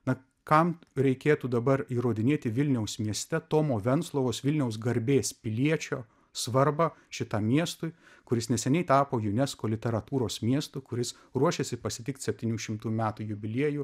na kam reikėtų dabar įrodinėti vilniaus mieste tomo venclovos vilniaus garbės piliečio svarbą šitam miestui kuris neseniai tapo unesco literatūros miestu kuris ruošiasi pasitikt septynių šimtų metų jubiliejų